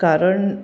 कारण